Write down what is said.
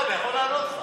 בוא, אני יכול לענות לך.